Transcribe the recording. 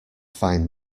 find